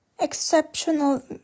Exceptional